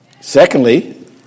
Secondly